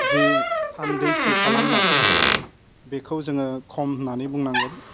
जे थान्दैथि खालामनाय बेखौ जोङो खम होन्नानै बुंनांगोन